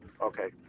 Okay